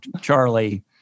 Charlie